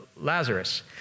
Lazarus